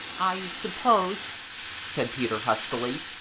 i suppose said peter huskily,